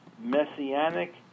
Messianic